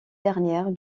dernière